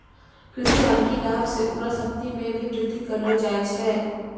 कृषि वानिकी लाभ से उर्वरा शक्ति मे भी बृद्धि करलो जाय छै